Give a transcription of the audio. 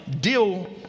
Deal